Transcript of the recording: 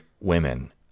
women